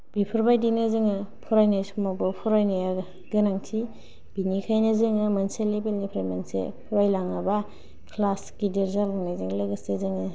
बेफोरबायदिनो जोङो फरायनाय समावबो फरायनायाबो गोनांथि बेनिखायनो जोङो मोनसे लेबेलनिफ्राय मोनसे फरायलाङाब्ला ख्लास गिदिर जालांनायजों लोगोसे जोङो